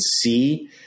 see